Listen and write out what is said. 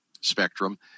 spectrum